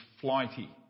flighty